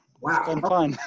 Wow